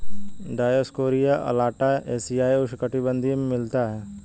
Dioscorea alata एशियाई उष्णकटिबंधीय में मिलता है